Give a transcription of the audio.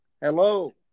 hello